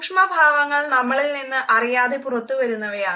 സൂക്ഷ്മഭാവങ്ങൾ നമ്മളിൽ നിന്ന് അറിയാതെ പുറത്തു വരുന്നവയാണ്